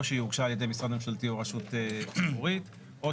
או שהיא הוגשה על-ידי משרד ממשלתי או רשות ציבורית; או